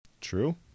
True